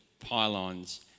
pylons